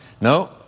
No